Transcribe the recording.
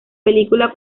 película